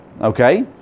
Okay